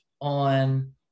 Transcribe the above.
on